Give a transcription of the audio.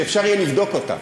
שאפשר יהיה לבדוק אותם.